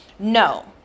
No